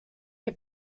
que